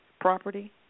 property